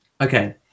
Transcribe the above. Okay